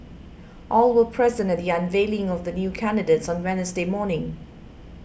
all were present at the unveiling of the new candidates on Wednesday morning